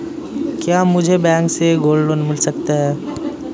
क्या मुझे बैंक से गोल्ड लोंन मिल सकता है?